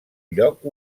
lloc